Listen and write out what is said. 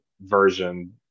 version